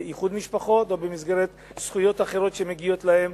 איחוד משפחות או במסגרת זכויות אחרות שמגיעות להם